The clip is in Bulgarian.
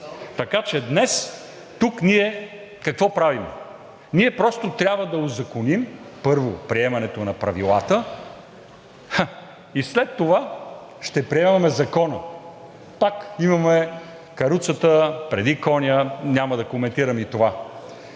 Така че днес тук ние какво правим? Ние просто трябва да узаконим, първо, приемането на Правилата – ха – и след това ще приемаме закона. Пак имаме каруцата преди коня – няма да коментирам и това.